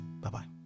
Bye-bye